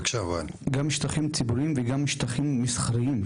גם שטחים ציבוריים וגם שטחים מסחריים,